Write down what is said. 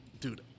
dude